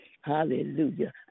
Hallelujah